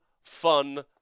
Fun